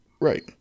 Right